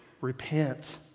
repent